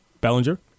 Bellinger